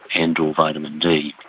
and or vitamin d.